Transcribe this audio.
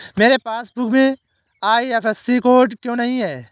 मेरे पासबुक में IFSC code क्यो नहीं है?